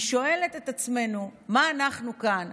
ואני שואלת את עצמנו מה אנחנו כאן,